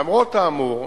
למרות האמור,